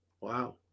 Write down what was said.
wow